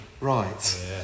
right